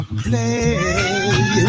play